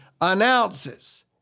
announces